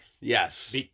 Yes